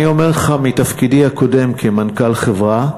אני אומר לך מתפקידי הקודם כמנכ"ל חברה,